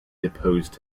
deposed